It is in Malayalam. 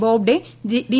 ബോബ്ഡെ ഡി